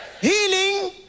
healing